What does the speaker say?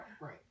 right